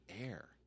air